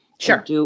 Sure